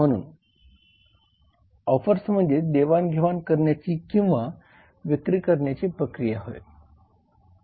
म्हणून ऑफर्स म्हणजे देवाण घेवाण करण्याची किंवा विक्री करण्याची प्रक्रिया होय